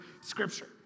scripture